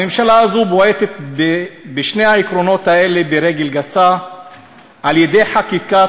הממשלה הזאת בועטת בשני העקרונות האלה ברגל גסה על-ידי חקיקת